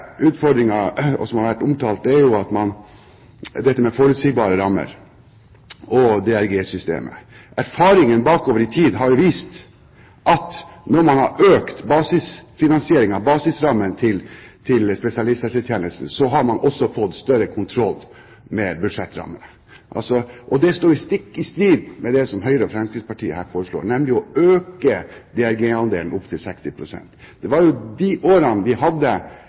som har vært omtalt, er dette med forutsigbare rammer og DRG-systemet. Erfaringen har vist at når man har økt basisfinansieringen, basisrammen, til spesialisthelsetjenesten, har man også fått større kontroll med budsjettrammene. Det er stikk i strid med det som Høyre og Fremskrittspartiet foreslår her, nemlig å øke DRG-andelen til 60 pst. Det var jo i de årene vi hadde